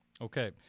Okay